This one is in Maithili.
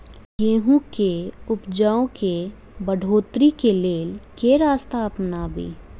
गेंहूँ केँ उपजाउ केँ बढ़ोतरी केँ लेल केँ रास्ता अपनाबी?